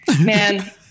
Man